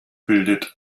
bildet